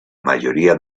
mayoría